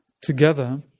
Together